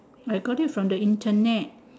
I got it from the Internet